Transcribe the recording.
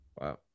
Wow